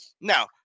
now